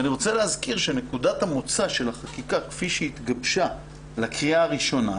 אני רוצה להזכיר שנקודת המוצא של החקיקה כפי שהיא התגבשה לקריאה הראשונה